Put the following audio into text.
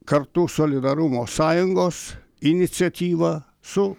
kartų solidarumo sąjungos iniciatyva su